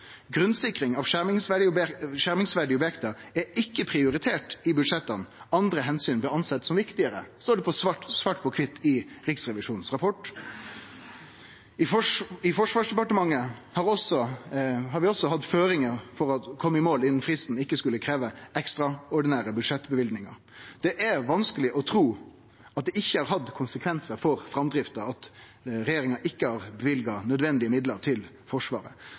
Grunnsikring av skjermingsverdige objekt er ikkje prioritert i budsjetta. Andre omsyn blei sett på som viktigare. Dette står svart på kvitt i Riksrevisjonens rapport. I Forsvarsdepartementet har ein også hatt føringar om at det å kome i mål innan fristen ikkje skulle krevje ekstraordinære budsjettløyvingar. Det er vanskeleg å tru at det ikkje har hatt konsekvensar for framdrifta at regjeringa ikkje har løyvd nødvendige midlar til Forsvaret.